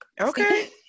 okay